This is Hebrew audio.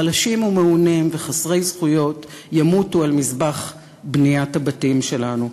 חלשים ומעונים וחסרי זכויות ימותו על מזבח בניית הבתים שלנו.